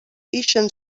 ixen